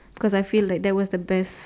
because I feel like that was the best